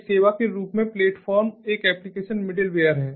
एक सेवा के रूप में प्लेटफ़ॉर्म एक एप्लिकेशन मिडलवेयर है